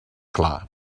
clar